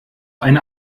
eine